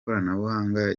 koranabuhanga